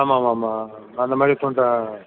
ஆமாம் ஆமாம் ஆமாம் அந்த மாதிரி சொல்ற